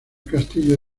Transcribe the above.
castillo